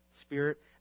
spirit